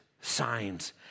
signs